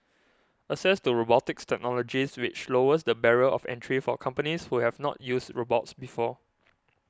access to robotics technologies which lowers the barrier of entry for companies who have not used robots before